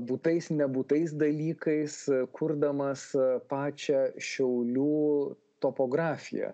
būtais nebūtais dalykais kurdamas pačią šiaulių topografiją